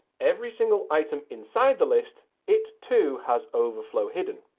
every single item inside the list, it too has overflow hidden.